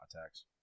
attacks